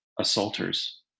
assaulters